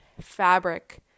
fabric